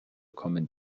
kommen